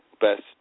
Best